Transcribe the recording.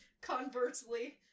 conversely